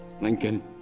Lincoln